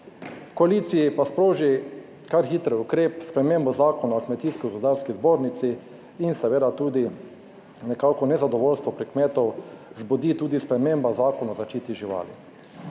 koaliciji pa sproži kar hiter ukrep, spremembo zakona o Kmetijsko gozdarski zbornici in seveda tudi nekako nezadovoljstvo pri kmetu vzbudi tudi sprememba zakona o zaščiti živali.